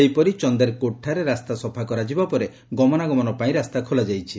ସେହିପରି ଚନ୍ଦେରକୋଟଠାରେ ରାସ୍ତା ସଫା କରାଯିବା ପରେ ଗମନାଗମନ ପାଇଁ ରାସ୍ତା ଖୋଲାଯାଇଛି